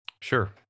sure